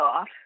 off